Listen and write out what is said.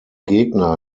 gegner